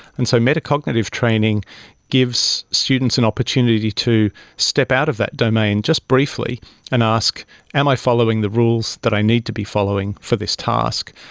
and so metacognitive training gives students an and opportunity to step out of that domain just briefly and ask am i following the rules that i need to be following for this task?